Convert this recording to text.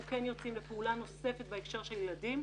אנחנו כן יוצאים לפעולה נוספת בהקשר של ילדים.